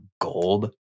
gold